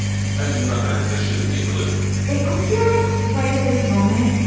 pension fund managers shouldn't be political i feel like right at this moment